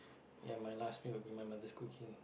ya my last meal will be my mother's cooking